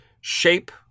shape